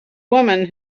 woman